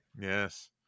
Yes